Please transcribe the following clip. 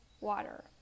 water